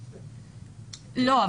לא.